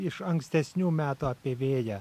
iš ankstesnių metų apie vėją